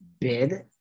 bid